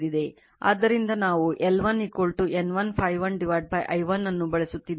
ಆದ್ದರಿಂದ ನಾವು L1 N 1 Φ 1 i1 ಅನ್ನು ಬಳಸುತ್ತಿದ್ದೇವೆ